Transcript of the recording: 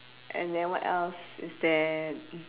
and then what else is there